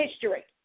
history